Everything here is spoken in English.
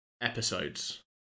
episodes